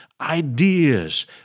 ideas